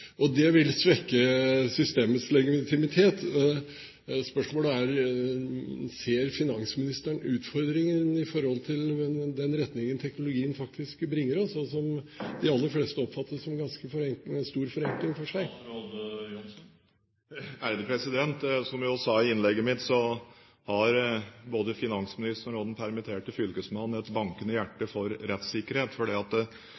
for. Det vil svekke systemets legitimitet. Spørsmålet mitt er: Ser finansministeren utfordringen i forhold til den retningen teknologien faktisk bringer oss, og som de aller fleste oppfatter som en ganske stor forenkling? Som jeg også sa i innlegget mitt, har både finansministeren og den permitterte fylkesmannen et bankende hjerte for rettssikkerhet, fordi det